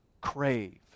crave